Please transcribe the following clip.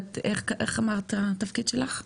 קצרנית הפרוטוקול,